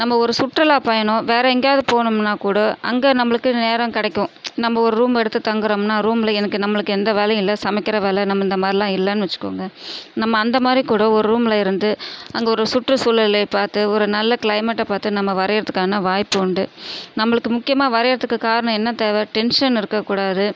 நம்ப ஒரு சுற்றுலா பயணம் வேற எங்கேயாவது போனோம்னா கூட அங்கே நம்பளுக்கு நேரம் கிடைக்கும் நம்ப ஒரு ரூம் எடுத்து தங்கறோம்னா ரூமில் எனக்கு நம்பளுக்கு எந்த வேலையும் இல்லை சமைக்கிற வேலை நம்ம இந்த மாதிரில்லாம் இல்லைனு வச்சுக்கோங்க நம்ம அந்த மாதிரி கூட ஒரு ரூமில் இருந்து அங்கு ஒரு சுற்று சூழலை பார்த்து ஒரு நல்ல கிளைமேட்டை பார்த்து நம்ம வரையறதுக்கான வாய்ப்பு உண்டு நம்பளுக்கு முக்கியமாக வரையறதுக்கு காரணம் என்ன தேவை டென்ஷன் இருக்க கூடாது